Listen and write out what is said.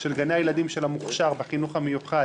של גני הילדים של המוכש"ר בחינוך המיוחד